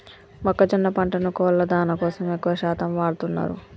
మొక్కజొన్న పంటను కోళ్ళ దానా కోసం ఎక్కువ శాతం వాడుతున్నారు